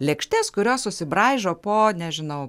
lėkštes kurios susibraižo po nežinau